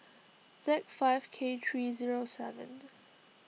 Z five K three O seven